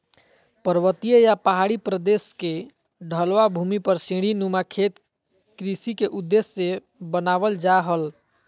पर्वतीय या पहाड़ी प्रदेश के ढलवां भूमि पर सीढ़ी नुमा खेत कृषि के उद्देश्य से बनावल जा हल